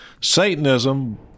Satanism